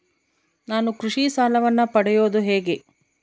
ನಾನು ಕೃಷಿ ಸಾಲವನ್ನು ಪಡೆಯೋದು ಹೇಗೆ?